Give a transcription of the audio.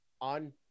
on